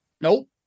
Nope